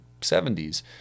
70s